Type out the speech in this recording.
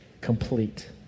complete